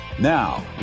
Now